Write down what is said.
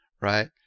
right